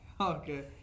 Okay